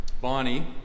Bonnie